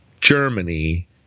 Germany